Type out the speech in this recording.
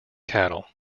cattle